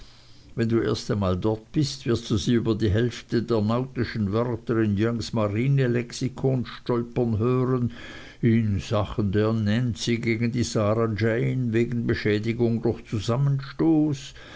wenn du erst einmal dort bist wirst du sie über die hälfte der nautischen wörter in youngs marine lexikon stolpern hören in sachen der nancy gegen die sarah jane wegen beschädigung durch zusammenstoß